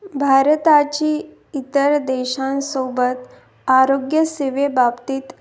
भारताची इतर देशांसोबत आरोग्यसेवे बाबतीत